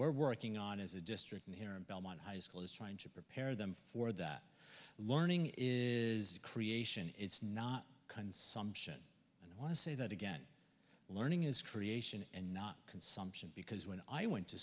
we're working on is a district here in belmont high school is trying to prepare them for that learning is creation is not consumption and i want to say that again learning is creation and not consumption because when i went to